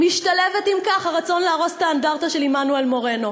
משתלב עם כך הרצון להרוס את האנדרטה של עמנואל מורנו.